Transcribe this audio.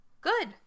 good